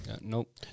Nope